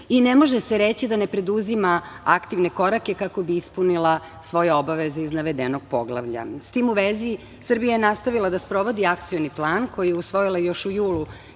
i ne može se reći da ne preduzima aktivne korake kako bi ispunila svoje obaveze iz navedenog poglavlja.S tim u vezi Srbija je nastavila da sprovodi Akcioni plan koji je usvojila još u julu